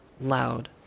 loud